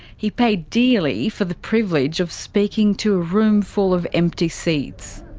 he paid dearly for the privilege of speaking to a room full of empty seats.